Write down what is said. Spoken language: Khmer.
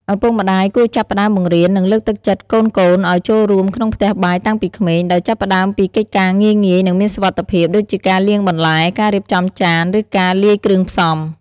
ឪពុកម្ដាយគួរចាប់ផ្ដើមបង្រៀន និងលើកទឹកចិត្តកូនៗឱ្យចូលរួមក្នុងផ្ទះបាយតាំងពីក្មេង ដោយចាប់ផ្ដើមពីកិច្ចការងាយៗ និងមានសុវត្ថិភាព ដូចជាការលាងបន្លែ ការរៀបចំចាន ឬការលាយគ្រឿងផ្សំ ។